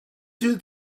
through